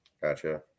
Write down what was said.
gotcha